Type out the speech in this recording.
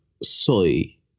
soy